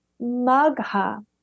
Magha